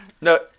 No